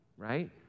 Right